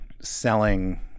selling